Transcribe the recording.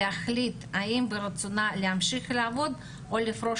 להחליט אם ברצונה להמשיך לעבוד או לפרוש